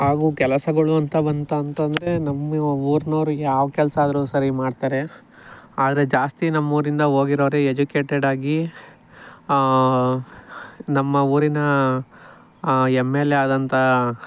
ಹಾಗೂ ಕೆಲಸಗಳು ಅಂತ ಬಂತು ಅಂತಂದರೆ ನಮ್ಮ ಊರಿನವ್ರಿಗ್ ಯಾವ ಕೆಲಸ ಆದರು ಸರಿ ಮಾಡ್ತಾರೆ ಆದರೆ ಜಾಸ್ತಿ ನಮ್ಮೂರಿಂದ ಹೋಗಿರೋರೆ ಎಜುಕೇಟೆಡಾಗಿ ನಮ್ಮ ಊರಿನ ಎಮ್ಮೆಲ್ಲೆ ಆದಂಥ